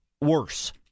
worse